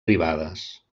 privades